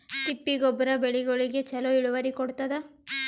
ತಿಪ್ಪಿ ಗೊಬ್ಬರ ಬೆಳಿಗೋಳಿಗಿ ಚಲೋ ಇಳುವರಿ ಕೊಡತಾದ?